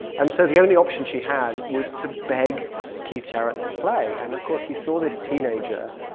and so the only option she had was to beg keith jarrett to play. and of course, he saw this teenager,